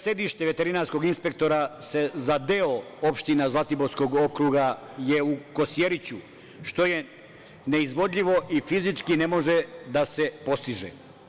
Sedište veterinarskog inspektora za deo opština Zlatiborskog okruga je u Kosjeriću, što je neizvodljivo i fizički ne može da se postigne.